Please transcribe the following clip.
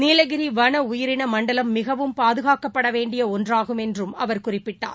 நீலகிரி வன உயிரினமண்டலம் மிகவும் பாதுகாக்கப்படவேண்டியஒன்றாகும் என்றுஅவர் குறிப்பிட்டார்